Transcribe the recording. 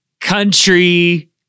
country